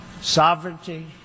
sovereignty